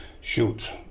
shoot